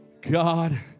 God